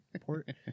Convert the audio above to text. port